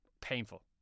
painful